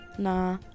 Nah